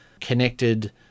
connected